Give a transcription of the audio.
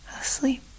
asleep